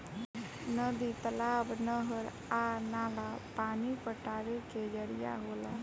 नदी, तालाब, नहर आ नाला पानी पटावे के जरिया होला